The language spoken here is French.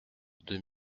deux